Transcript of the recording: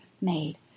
made